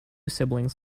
siblings